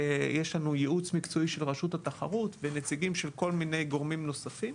יש לנו ייעוץ מקצועי של רשות התחרות ונציגים של כל מיני גורמים נוספים.